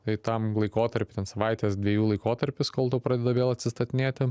tai tam laikotarpy ten savaitės dviejų laikotarpis kol pradeda vėl atstatinėti